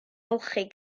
ymolchi